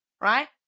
right